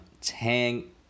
Tang